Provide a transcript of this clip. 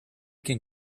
can